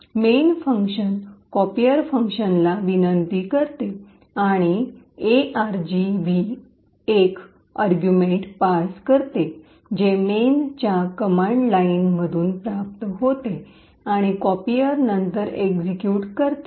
main function copier फंक्शनला विनंती बोलाविते - invoke करते आणि argv१ अर्गुमेट पास करते जे मेन च्या कमांड लाइनमधून प्राप्त होते आणि कॉपीर नंतर एक्सिक्यूट करते